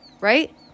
right